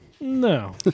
No